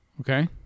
Okay